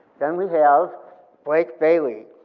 then we have blake bailey,